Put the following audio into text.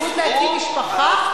זכות להקים משפחה,